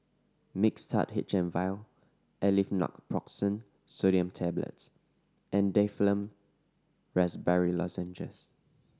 Mixtard H M Vial Aleve Naproxen Sodium Tablets and Difflam Raspberry Lozenges